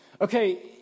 Okay